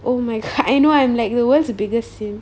oh my god I know I'm like the world's biggest sims